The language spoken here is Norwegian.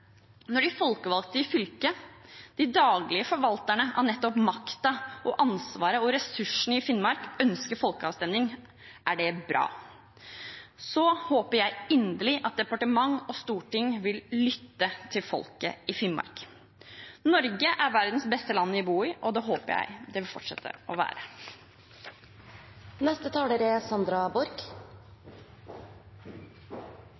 Når de folkevalgte i fylket – de daglige forvalterne av nettopp makten, ansvaret og ressursene i Finnmark – ønsker folkeavstemning, er det bra. Så håper jeg inderlig at departement og storting vil lytte til folket i Finnmark. Norge er verdens beste land å bo i, og det håper jeg det vil fortsette å